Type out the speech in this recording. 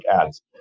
ads